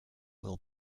will